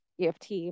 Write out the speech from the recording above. EFT